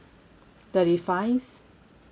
thirty five